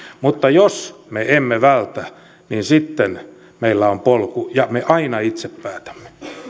mutta jos me emme vältä niin sitten meillä on polku ja me aina itse päätämme